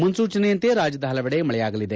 ಮುನ್ಲೂಚನೆಯಂತೆ ರಾಜ್ಯದ ಹಲವೆಡೆ ಮಳೆಯಾಗಲಿದೆ